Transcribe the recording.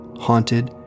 haunted